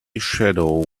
shadow